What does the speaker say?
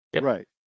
right